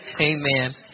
Amen